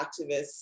activists